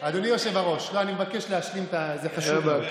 אני מבקש להשלים, זה חשוב לי.